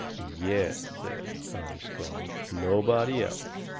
yes, says armstrong, nobody else.